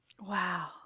Wow